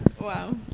Wow